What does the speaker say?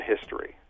history